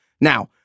Now